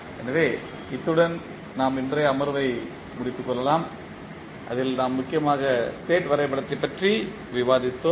எனவே இத்துடன் நாம் இன்றைய அமர்வை முடித்துக் கொள்ளலாம் அதில் நாம் முக்கியமாக ஸ்டேட் வரைபடத்தைப் பற்றி விவாதித்தோம்